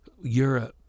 Europe